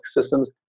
systems